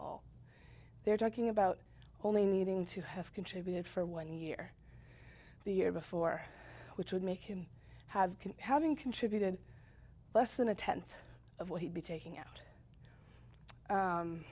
all they're talking about only needing to have contributed for one year the year before which would make him have having contributed less than a tenth of what he'd be taking out